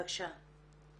בבקשה.